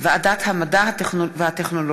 ועדת המדע והטכנולוגיה